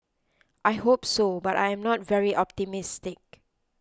I hope so but I am not very optimistic